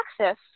access